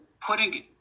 putting